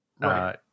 Right